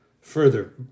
Further